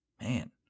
Man